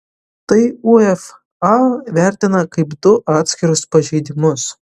tai uefa vertina kaip du atskirus pažeidimus